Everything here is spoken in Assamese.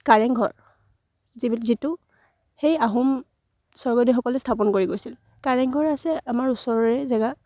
কাৰেংঘৰ যি যিটো সেই আহোম স্বৰ্গদেউসকলে স্থাপন কৰি গৈছিল কাৰেংঘৰ আছে আমাৰ ওচৰেৰে জেগা